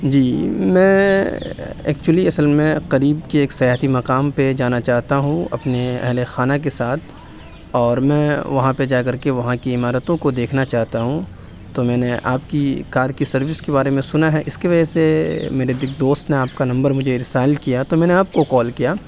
جی میں ایکچولی اصل میں قریب کے ایک سیاحتی مقام پہ جانا چاہتا ہوں اپنے اہل خانہ کے ساتھ اور میں وہاں پہ جا کر کے وہاں کی عمارتوں کو دیکھنا چاہتا ہوں تو میں نے آپ کی کار کی سروس کے بارے میں سنا ہے اس کی وجہ سے میرے ایک دوست نے آپ کا نمبر مجھے ارسال کیا تو میں نے آپ کو کال کیا